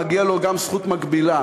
מגיעה לו גם זכות מקבילה.